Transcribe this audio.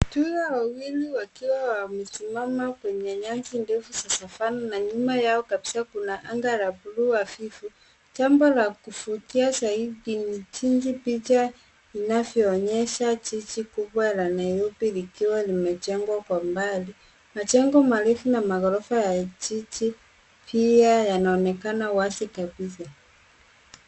Twiga wawili wakiwa wamesimama kwenye nyasi ndefu za savana na nyuma yao kabisa kuna anga la buluu hafifu. Jambo la kuvutia zaidi jinsi picha inavyoonyesha jiji kubwa la Nairobi likiwa limejengwa kwa mbali. Majengo marefu na maghorofa marefu ya jiji pia yanaonekana wazi kabisa.